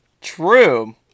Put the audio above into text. true